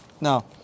Now